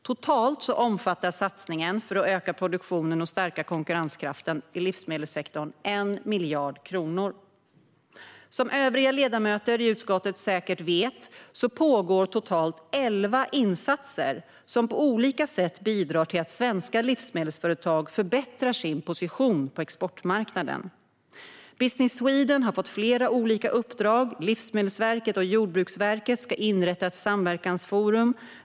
Totalt omfattar satsningen för att öka produktionen och stärka konkurrenskraften i livsmedelssektorn 1 miljard kronor. Som övriga ledamöter i utskottet säkert vet pågår det totalt elva insatser som på olika sätt bidrar till att svenska livsmedelsföretag förbättrar sin position på exportmarknaden. Business Sweden har fått flera olika uppdrag. Livsmedelsverket och Jordbruksverket ska inrätta ett samverkansforum.